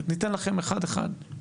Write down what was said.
ניתן לכם אחד אחד.